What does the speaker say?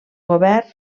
govern